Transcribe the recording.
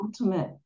ultimate